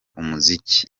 umuziki